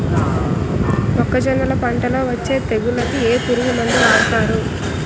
మొక్కజొన్నలు పంట లొ వచ్చే తెగులకి ఏ పురుగు మందు వాడతారు?